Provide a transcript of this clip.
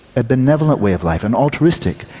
a benevolent way of life, an altruistic,